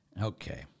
Okay